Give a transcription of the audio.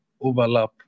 overlap